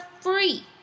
free